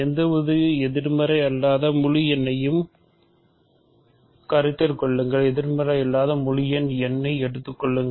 எந்தவொரு எதிர்மறை அல்லாத முழு எண்ணையும் கருத்தில் கொள்ளுங்கள் எதிர்மறை அல்லாத முழு எண் n ஐ எடுத்துக்கொள்ளுங்கள்